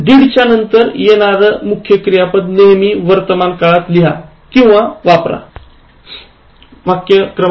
did च्या नंतर येणार मुख्य क्रियापद नेहमी वर्तमान काळात लिहा किंवा वापरा